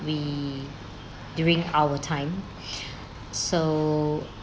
we during our time so